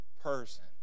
person